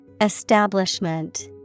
Establishment